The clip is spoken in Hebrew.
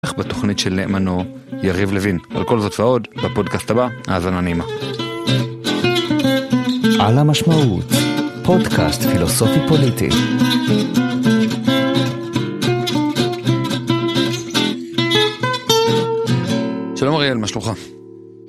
איך בתוכנית של נאמנו, יריב לוין, על כל זאת ועוד בפודקאסט הבא, האזנה הנעימה. על המשמעות, פודקאסט פילוסופי פוליטי. שלום אריאל, מה שלומך?